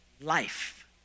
life